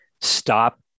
Stop